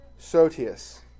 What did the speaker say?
sotius